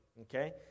Okay